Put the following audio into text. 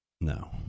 No